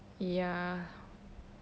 ya